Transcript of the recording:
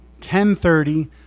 10.30